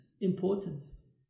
importance